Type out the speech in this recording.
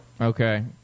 Okay